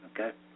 Okay